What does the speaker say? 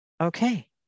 Okay